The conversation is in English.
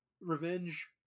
revenge